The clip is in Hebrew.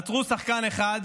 עצרו שחקן אחד,